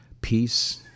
peace